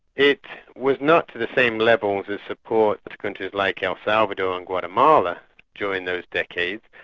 it was not to the same levels of support to countries like el salvador and guatemala during those decades,